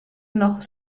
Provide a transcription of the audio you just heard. noch